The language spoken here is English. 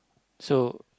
so